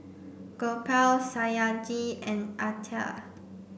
Gopal Satyajit and Atal